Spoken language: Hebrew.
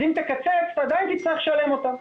אז אם תקצץ, אתה עדיין תצטרך לשלם אותן.